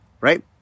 Right